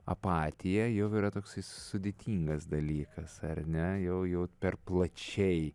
apatija jau yra toksai sudėtingas dalykas ar ne jau jau per plačiai